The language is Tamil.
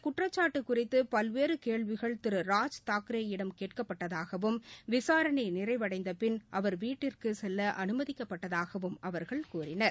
குற்றச்சாட்டுகுறித்துபல்வேறுகேள்விகள் இந்தக் கேட்கப்பட்டதாகவும் விசாரணைநிறைவடைந்தபின்அவர் வீட்டிற்குசெல்லஅனுமதிக்கப்பட்டதாகவும் அவர்கள் கூறினர்